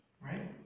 right